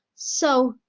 so.